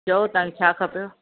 चओ तव्हांखे छा खपे